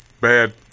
bad